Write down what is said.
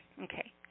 Okay